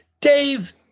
dave